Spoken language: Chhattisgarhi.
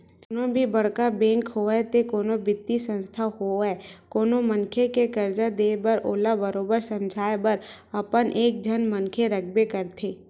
कोनो भी बड़का बेंक होवय ते कोनो बित्तीय संस्था होवय कोनो मनखे के करजा देय बर ओला बरोबर समझाए बर अपन एक झन मनखे रखबे करथे